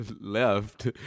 left